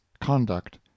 conduct